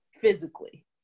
physically